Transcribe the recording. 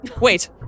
wait